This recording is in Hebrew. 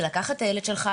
זה לקחת את הילד שלך,